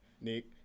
Nick